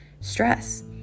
stress